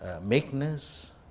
meekness